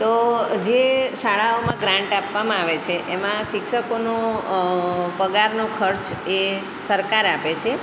તો જે શાળાઓમાં ગ્રાન્ટ આપવામાં આવે છે એમાં શિક્ષકોનો પગારનો ખર્ચ એ સરકાર આપે છે